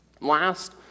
Last